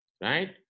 Right